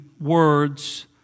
words